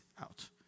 out